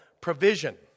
provision